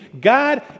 God